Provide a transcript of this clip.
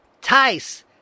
Tice